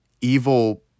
evil